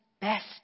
best